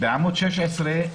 בעמוד 16,